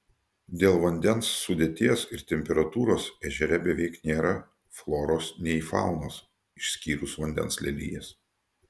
dėl vandens sudėties ir temperatūros ežere beveik nėra floros nei faunos išskyrus vandens lelijas